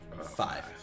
five